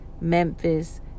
Memphis